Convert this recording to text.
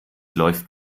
läuft